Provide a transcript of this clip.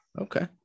Okay